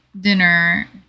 dinner